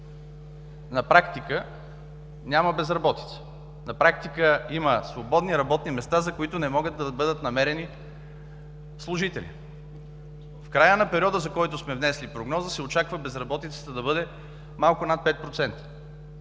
на практика няма безработица. На практика има свободни работни места, за които не могат да бъдат намерени служители. В края на периода, за който сме внесли прогноза, се очаква безработицата да бъде малко над 5%